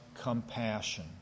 compassion